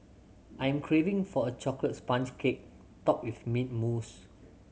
I'm craving for a chocolate sponge cake topped with mint mousse